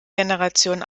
generation